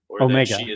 Omega